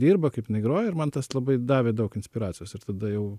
dirba kaip jinai groja ir man tas labai davė daug inspiracijos ir tada jau